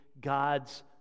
God's